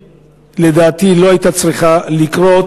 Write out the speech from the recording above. לדעתי לא הייתה צריכה לקרות,